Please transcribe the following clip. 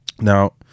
Now